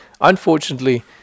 Unfortunately